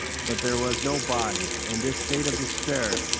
but there was no body, and this state of despair,